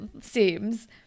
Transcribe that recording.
seems